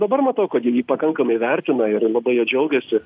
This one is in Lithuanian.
dabar matau kad ji jį pakankamai vertina ir labai džiaugiasi